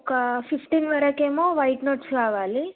ఒక ఫిఫ్టీన్ వరకు ఏమో వైట్ నోట్స్ కావాలి